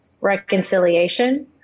reconciliation